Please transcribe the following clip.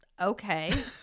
okay